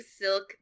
silk